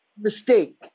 mistake